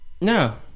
no